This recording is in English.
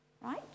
Right